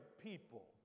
people